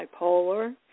bipolar